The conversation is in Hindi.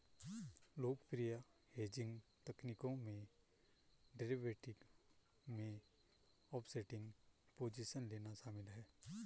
लोकप्रिय हेजिंग तकनीकों में डेरिवेटिव में ऑफसेटिंग पोजीशन लेना शामिल है